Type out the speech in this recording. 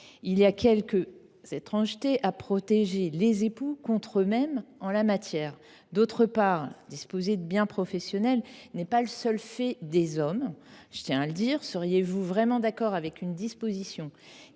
Il y a quelque étrangeté à protéger les époux contre eux mêmes en la matière. D’autre part, disposer de biens professionnels n’est pas que le seul fait des hommes. Seriez vous vraiment d’accord avec une disposition